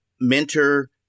mentor